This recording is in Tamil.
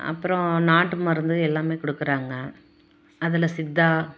அப்புறம் நாட்டு மருந்து எல்லாமே கொடுக்குறாங்க அதில் சித்தா